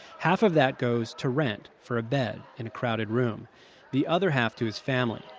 half of that goes to rent for a bed in a crowded room the other half to his family.